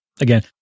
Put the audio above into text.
again